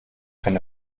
eine